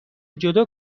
جودو